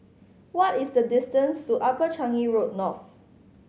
what is the distance to Upper Changi Road North